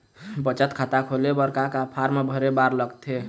बचत खाता खोले बर का का फॉर्म भरे बार लगथे?